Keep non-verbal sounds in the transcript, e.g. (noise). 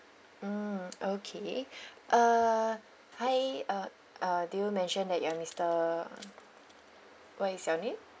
mm okay (breath) uh hi uh uh did you mentioned that you're mister what is your name